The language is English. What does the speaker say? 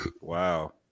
Wow